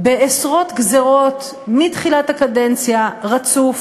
בעשרות גזירות מתחילת הקדנציה רצוף,